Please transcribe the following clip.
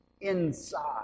inside